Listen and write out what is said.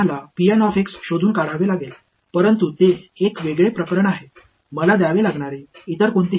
நாம் கண்டுபிடிக்க வேண்டும் ஆனால் அது ஒரு தடவை விவகாரம் நான் செலுத்த வேண்டிய வேறு ஏதேனும் விலை